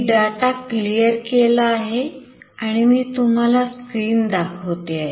मी data clear केला आहे आणि मी तुम्हाला स्क्रीन दाखवते आहे